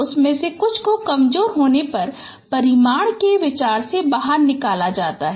उनमें से कुछ को कमजोर होने पर परिमाण के विचार से बाहर निकाल दिया जाता है